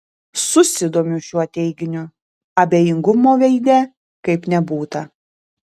susidomiu šiuo teiginiu abejingumo veide kaip nebūta